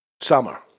summer